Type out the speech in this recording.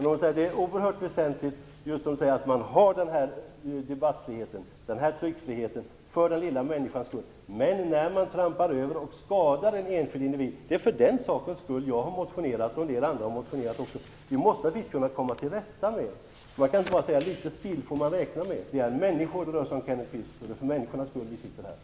Det är oerhört väsentligt för den lilla människans skull att debattfriheten och tryckfriheten finns, men anledningen till att jag och en del andra har motionerat är att det görs övertramp som skadar enskilda individer. Detta måste vi kunna komma till rätta med. Man kan inte bara säga att man får räkna med litet spill. Det är människor det rör sig om, Kenneth Kvist, och det är för deras skull som vi sitter här.